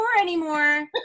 anymore